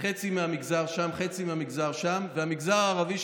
חצי מהמגזר שם וחצי מהמגזר שם והמגזר הערבי,